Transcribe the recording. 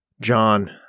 John